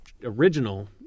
Original